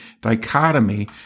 dichotomy